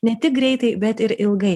ne tik greitai bet ir ilgai